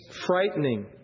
frightening